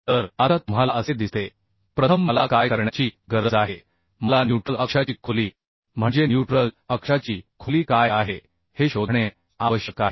तर आता तुम्हाला असे दिसते प्रथम मला काय करण्याची गरज आहे मला न्यूट्रल अक्षाची खोली म्हणजे न्यूट्रल अक्षाची खोली काय आहे हे शोधणे आवश्यक आहे